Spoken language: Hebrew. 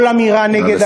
נא לסיים.